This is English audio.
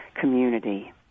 community